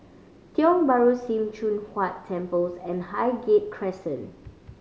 Tiong Bahru Sim Choon Huat Temples and Highgate Crescent